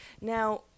now